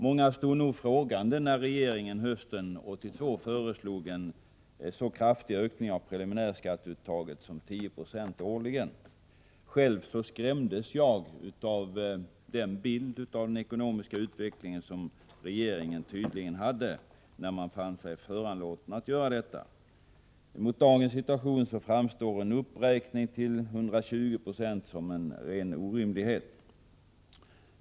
Många stod nog frågande när regeringen hösten 1982 föreslog en så kraftig ökning av preliminärskatteuttaget som med 10 26 årligen. Själv skrämdes jag av den bild av den ekonomiska utvecklingen som regeringen tydligen hade 89 när den fann sig föranlåten att göra detta. I dagens situation framstår en uppräkning till 120 96 som en ren orimlighet.